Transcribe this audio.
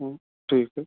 हं ठीक आहे